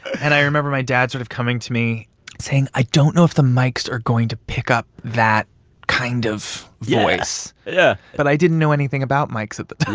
and i remember my dad sort of coming to me saying, i don't know if the mics are going to pick up that kind of voice yeah, yeah but i didn't know anything about mics at the time